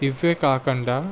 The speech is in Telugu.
ఇవే కాకుండా